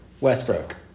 Westbrook